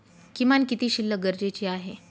किमान किती शिल्लक गरजेची आहे?